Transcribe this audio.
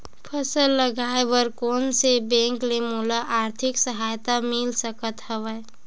फसल लगाये बर कोन से बैंक ले मोला आर्थिक सहायता मिल सकत हवय?